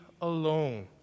alone